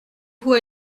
vous